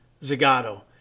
Zagato